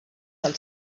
del